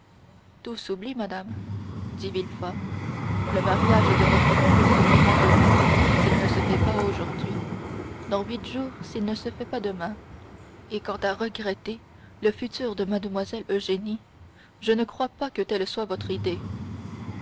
tout s'oublie madame dit villefort le mariage de votre fille se fera demain s'il ne se fait pas aujourd'hui dans huit jours s'il ne se fait pas demain et quant à regretter le futur de mlle eugénie je ne crois pas que telle soit votre idée